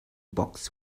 box